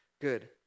good